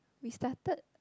we started